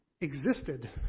existed